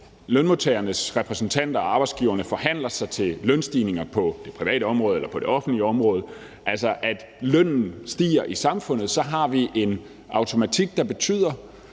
lønmodtagernes repræsentanter og arbejdsgiverne forhandler sig til lønstigninger på det private område eller på det offentlige område, altså at lønnen stiger i samfundet, så har vi en automatik, der betyder,